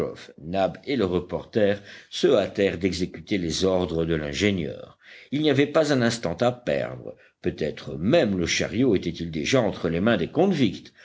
nab et le reporter se hâtèrent d'exécuter les ordres de l'ingénieur il n'y avait pas un instant à perdre peut-être même le chariot était-il déjà entre les mains des